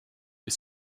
ils